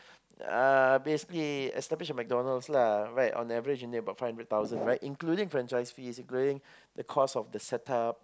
uh basically established a McDonald's lah right on average you need about five hundred thousand including franchise fees it's equivalent to the cost of the setup